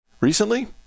Recently